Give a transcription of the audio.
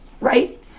Right